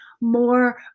more